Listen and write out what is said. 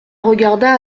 regarda